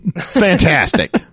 Fantastic